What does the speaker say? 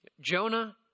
Jonah